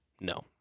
no